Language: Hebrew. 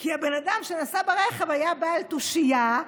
כי הבן אדם שנסע ברכב היה בעל תושייה,